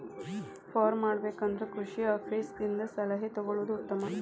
farm ಮಾಡಬೇಕು ಅಂದ್ರ ಕೃಷಿ ಆಪೇಸ್ ದಿಂದ ಸಲಹೆ ತೊಗೊಳುದು ಉತ್ತಮ